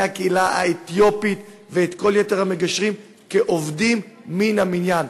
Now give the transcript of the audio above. הקהילה האתיופית ואת כל יתר המגשרים כעובדים מן המניין.